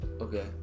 Okay